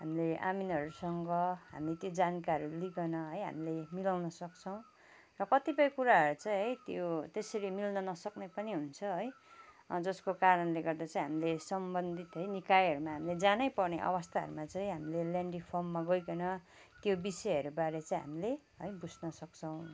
हामीले आमिनहरूसँग हामी त्यो जानकारीहरू लिइकन है हामीले मिलाउनु सक्छौँ र कतिपय कुराहरू चाहिँ है त्यो त्यसरी मिल्न नसक्ने पनि हुन्छ है जसको कारणले गर्दा चाहिँ हामीले सम्बन्धित निकायहरूमा हामीले जानै पर्ने अवस्थाहरूमा चाहिँ हामीले ल्यान्ड रिफर्ममा गइकन त्यो विषयहरूबारे चाहिँ हामीले है बुझ्न सक्छौँ